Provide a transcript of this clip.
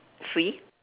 free